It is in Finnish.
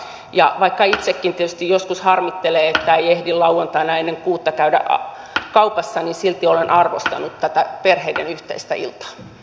ja vaikka itsekin tietysti joskus harmittelee että ei ehdi lauantaina ennen kuutta käydä kaupassa niin silti olen arvostanut tätä perheiden yhteistä iltaa